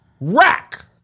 rack